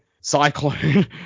cyclone